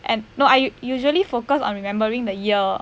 and no I usually focus on remembering the year